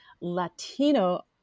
Latino